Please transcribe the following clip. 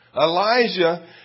Elijah